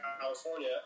California